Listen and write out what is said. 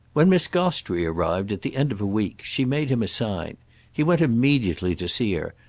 when miss gostrey arrived, at the end of a week, she made him a sign he went immediately to see her,